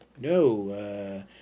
no